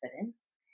confidence